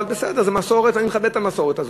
בסדר, זה מסורת, אני מכבד את המסורת הזאת.